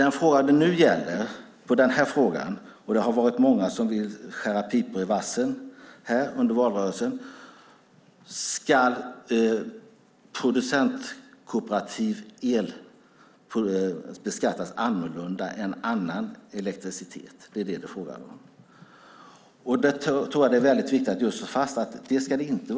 När det gäller frågan om kooperativt producerad el ska beskattas annorlunda än annan el har många velat skära pipor i vassen under valrörelsen. Det är viktigt att slå fast att det ska den inte.